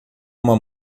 uma